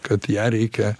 kad ją reikia